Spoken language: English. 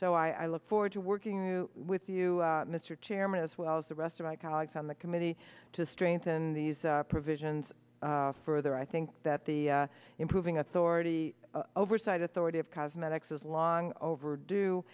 so i look forward to working with you mr chairman as well as the rest of my colleagues on the committee to strengthen these provisions further i think that the improving authority oversight authority of cosmetics is long overdue